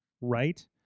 right